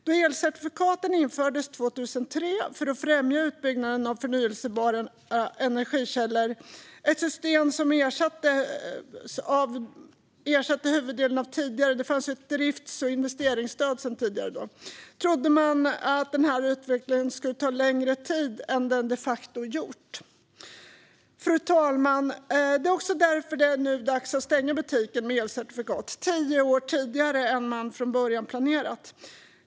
Då elcertifikaten infördes 2003 för att främja utbyggnaden av förnybara energikällor - ett system som ersatte huvuddelen av det drifts och investeringsstöd som fanns tidigare - trodde man att denna utveckling skulle ta längre tid än den de facto gjort. Fru talman! Det är också därför det nu är dags att stänga butiken med elcertifikat, tio år tidigare än man från början planerade.